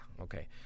Okay